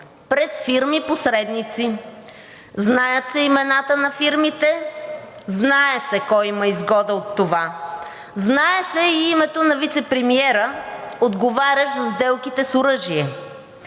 през фирми посредници. Знаят се имената на фирмите, знае се кой има изгода от това. Знае се и името на вицепремиера, отговарящ за сделките с оръжие.